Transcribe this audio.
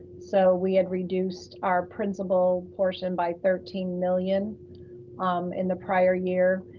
so we had reduced our principle portion by thirteen million in the prior year.